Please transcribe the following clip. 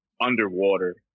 underwater